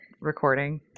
recording